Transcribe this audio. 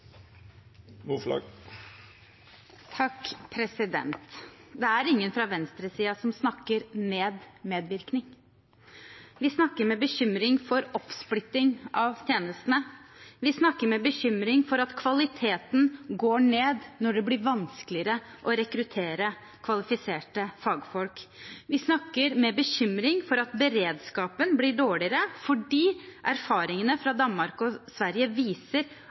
ingen fra venstresiden som snakker ned medvirkning. Vi snakker med bekymring om oppsplitting av tjenestene, vi snakker med bekymring om at kvaliteten går ned når det blir vanskeligere å rekruttere kvalifiserte fagfolk. Vi snakker med bekymring om at beredskapen blir dårligere, fordi erfaringene fra Danmark og Sverige viser